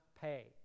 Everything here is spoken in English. pay